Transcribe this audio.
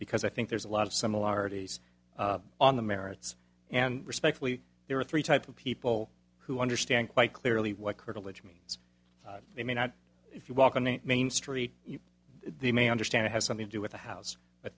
because i think there's a lot of similarities on the merits and respectfully there are three types of people who understand quite clearly what curtilage means they may not if you walk on main street they may understand it has something to do with a house